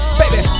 baby